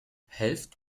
helft